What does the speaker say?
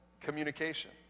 communication